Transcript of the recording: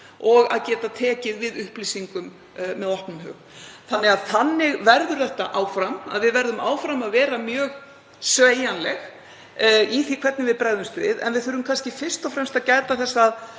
og geta tekið við upplýsingum með opnum huga. Þannig verður þetta áfram, við verðum áfram að vera mjög sveigjanleg í því hvernig við bregðumst við. En við þurfum kannski fyrst og fremst að gæta þess að